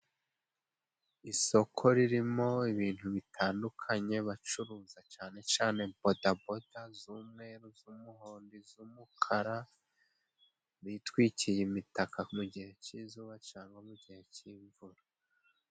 Isoko ririmo ibintu bitandukanye bacuruza cane cane bodaboda, z'umweru, z'umuhondo, z'umukara, bitwikiriye imitaka mu gihe cy'izuba, cyangwa mu gihe cy'imvura.